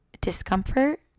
discomfort